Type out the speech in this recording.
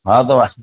ହଁ ଦେବା